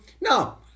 No